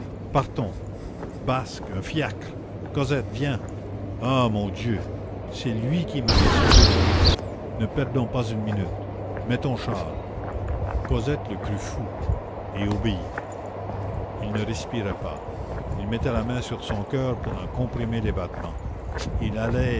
partons basque un fiacre cosette viens ah mon dieu c'est lui qui m'avait sauvé la vie ne perdons pas une minute mets ton châle cosette le crut fou et obéit il ne respirait pas il mettait la main sur son coeur pour en comprimer les battements il allait